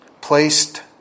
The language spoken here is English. placed